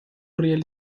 real